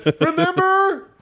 Remember